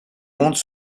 monte